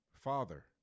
Father